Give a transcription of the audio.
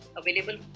available